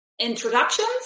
introductions